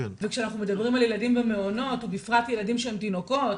וכשאנחנו מדברים על ילדים במעונות ובפרט ילדים שהם תינוקות,